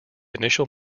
initial